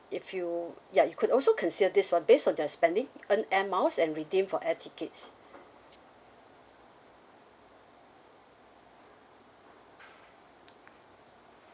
if you ya you could also consider this one based on their spending earned air miles and redeem for air tickets